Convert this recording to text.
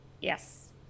Yes